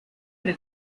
did